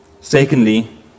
Secondly